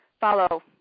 follow